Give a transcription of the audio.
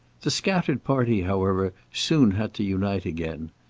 the scattered party, however, soon had to unite again.